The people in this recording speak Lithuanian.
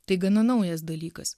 tai gana naujas dalykas